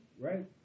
right